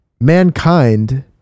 Mankind